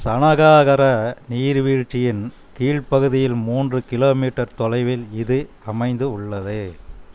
சனகாகர நீர்வீழ்ச்சியின் கீழ்ப் பகுதியில் மூன்று கிலோமீட்டர் தொலைவில் இது அமைந்து உள்ளது